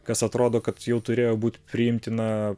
kas atrodo kad jau turėjo būti priimtina